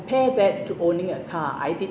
~pare back to owning a car I did